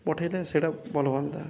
ପଠାଇଲେ ସେଇଟା ଭଲ ହୁଅନ୍ତା